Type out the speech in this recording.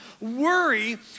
Worry